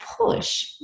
push